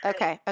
Okay